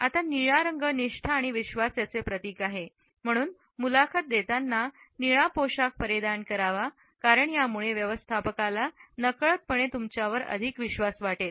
आता निळा रंग निष्ठा आणि विश्वास याचे प्रतीक आहे म्हणून मुलाखत देताना निळा पोशाख परिधान करावा कारण यामुळे व्यवस्थापकाला नकळतपणे तुमच्यावर अधिक विश्वास वाटेल